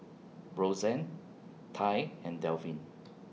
Rosann Tai and Delvin